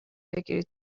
بگیرید